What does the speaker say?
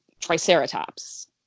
Triceratops